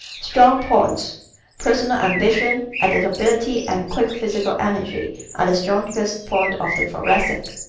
strong points personal ambition, adaptability and quick physical energy are the strongest points of the thoracic.